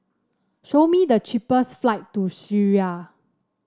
show me the cheapest flight to Syria